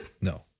No